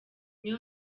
niyo